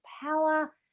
power